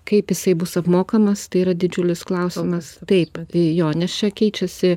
kaip jisai bus apmokamas tai yra didžiulis klausimas taip tai jo nes čia keičiasi